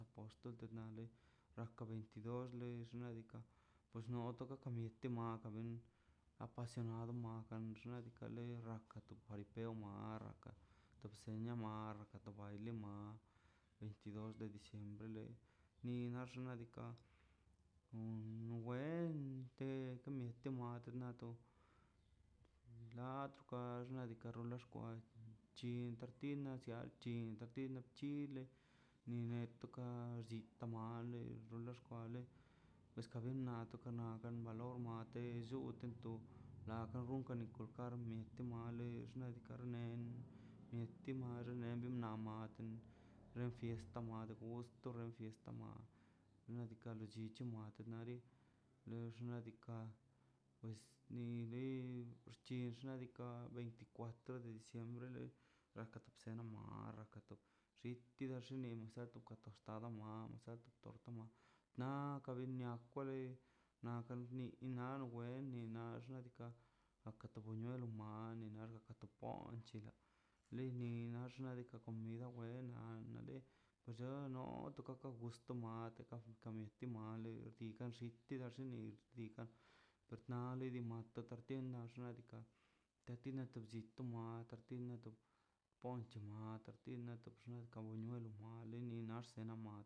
Apoxtol nale raka venitidos le xnaꞌ diikaꞌ pues no taka ka mieti ma tambien apasionado ma nan xnaꞌ diikaꞌ le katu jaripeo ma kara ka to bsenia mar kato baile ma veintidos de diciembre le na xnaꞌ diikaꞌ om yee te tekamit wmiat nato lat kwa xnaꞌ diikaꞌ loi xkwa chinta tinia llia tan la chinta na chile ni neto ka xchi tamale lo le xkwale pues kabien na xkwale lomate llu llutetob nad gonka ne de karm na le xnaꞌ diikaꞌ rene en ti madr nel no maten len fiesta mal gust to len fiesta ma xnaꞌ diikaꞌ lolichi ma ri lor xnaꞌ diikaꞌ pues ni le uxchie xnaꞌ diikaꞌ veinticuatro de diciembre rakata bsele naal arraka to bsiti na kabinia wa lei na ni na wein na xnaꞌ diikaꞌ aka to bunuelo na a naka to poin lochila linix xnaꞌ diikaꞌ comida wen na na de llo no to ka to gust tomate cafe kon inti male nikan xiteli ni dikan tot nale dgan totak niena xnaꞌ diikaꞌ katina to bchit to mia katina to ponche mia katina to bxo ka buano made